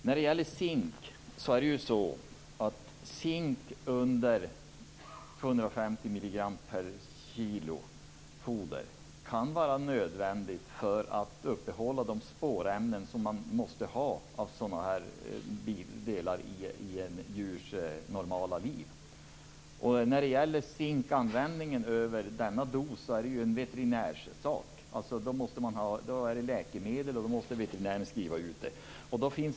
Foder som innehåller mindre än 150 milligram zink per kilo kan vara nödvändigt för att uppehålla de spårämnen som måste finnas i delar av djurs normala liv. Foder som innehåller en högre dos än denna är en veterinärssak. Då klassas det som läkemedel och måste skrivas ut av veterinär.